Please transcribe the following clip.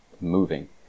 moving